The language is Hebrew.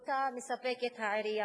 שהעירייה מספקת לתושביה,